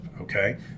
okay